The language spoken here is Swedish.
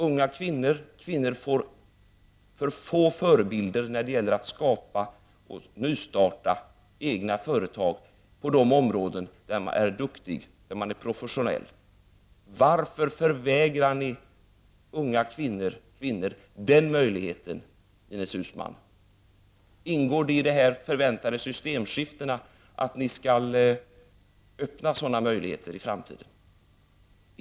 Unga kvinnor får för få förebilder när det gäller att starta nya företag på de områden där de är duktiga och professionella. Varför förvägrar ni unga kvinnor den möjligheten, Ines Uusmann? Ingår det i de förväntade systemskiftena att ni skall öppna sådana möjligheter i framtiden?